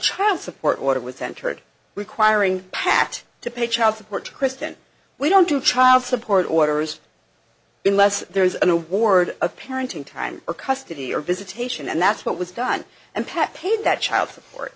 child support order was centered requiring pat to pay child support kristen we don't do child support orders in less there is an award of parenting time or custody or visitation and that's what was done and pat paid that child support